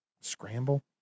scramble